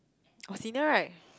our senior right